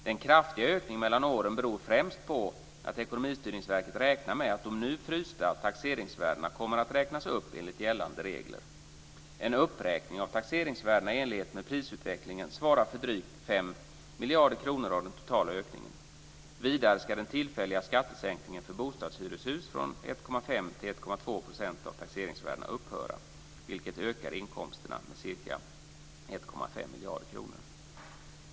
Den kraftiga ökningen mellan åren beror främst på att Ekonomistyrningsverket räknar med att de nu frysta taxeringsvärdena kommer att räknas upp enligt gällande regler. En uppräkning av taxeringsvärdena i enlighet med prisutvecklingen svarar för drygt 5 miljarder kronor av den totala ökningen. Vidare ska den tillfälliga skattesänkningen för bostadshyreshus från 1,5 till 1,2 % av taxeringsvärdena upphöra, vilket ökar inkomsterna med ca 1,5 miljarder kronor.